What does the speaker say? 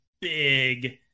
big